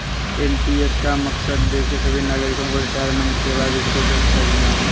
NPS का मकसद देश के सभी नागरिकों को रिटायरमेंट के बाद वित्तीय सुरक्षा देना है